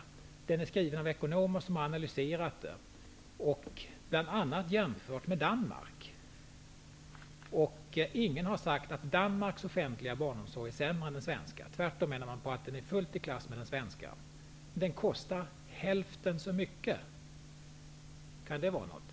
Tidningarna är skrivna av ekonomer som har analyserat situationen bl.a. i jämförelse med Danmark. Ingen har sagt att Danmarks of fentliga barnomsorg är sämre än den svenska. Man menar tvärtom att den är full i klass med den svenska. Den kostar hälften så mycket. Kan det vara något?